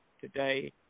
today